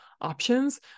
options